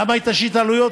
למה היא תשית עלויות?